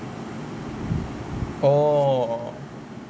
orh